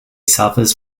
suffers